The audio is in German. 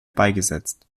beigesetzt